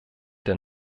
der